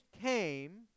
came